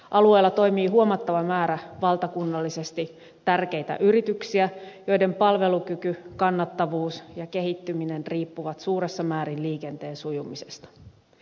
alueella toimii huomattava määrä valtakunnallisesti tärkeitä yrityksiä joiden palvelukyky kannattavuus ja kehittyminen riippuvat suuressa määrin liikenteen sujumisesta